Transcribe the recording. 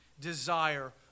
desire